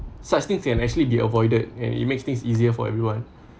such things can actually be avoided and it makes things easier for everyone